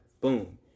Boom